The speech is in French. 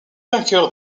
vainqueurs